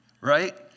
Right